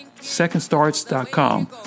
secondstarts.com